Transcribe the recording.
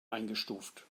eingestuft